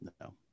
No